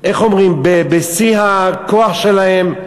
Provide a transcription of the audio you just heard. איך אומרים, בשיא הכוח שלהם.